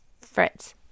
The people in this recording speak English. Fritz